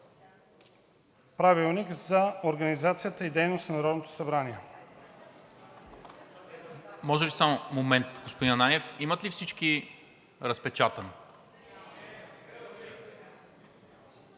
правилник за организацията и дейността на Народното събрание